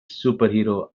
superhero